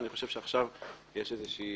אני חושב שעכשיו יש איזושהי